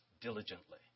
diligently